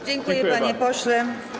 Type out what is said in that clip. Dziękuję, panie pośle.